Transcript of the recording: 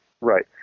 Right